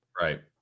Right